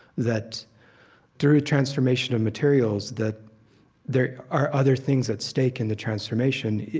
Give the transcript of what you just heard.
that through transformation of materials that there are other things at stake in the transformation,